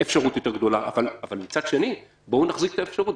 אפשרות יותר גדולה אבל מצד שני בואו נחזיק את האפשרות.